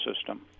system